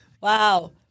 Wow